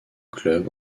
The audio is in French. clubs